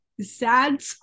sad